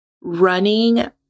running